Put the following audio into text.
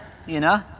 you know?